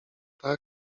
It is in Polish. tak